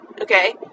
okay